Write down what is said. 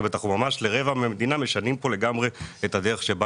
זאת אומרת, אנחנו משנים את הדרך שבה